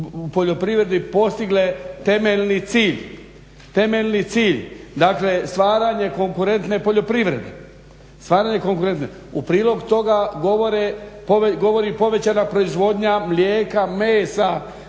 poljoprivredi postigle temeljni cilj. Dakle, stvaranje konkurentne poljoprivrede. U prilog toga govori povećana proizvodnja mlijeka, mesa.